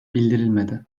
bildirilmedi